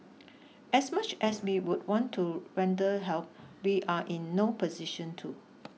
as much as we would want to render help we are in no position to